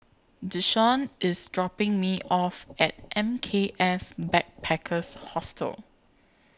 Deshaun IS dropping Me off At M K S Backpackers Hostel